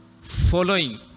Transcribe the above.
following